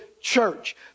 church